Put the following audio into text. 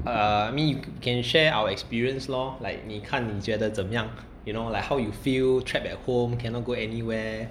uh I mean you can share our experience lor like 你看你觉得怎么样 you know like how you feel trapped at home cannot go anywhere